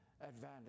advantage